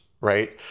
right